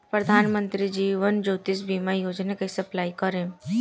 प्रधानमंत्री जीवन ज्योति बीमा योजना कैसे अप्लाई करेम?